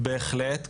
בהחלט.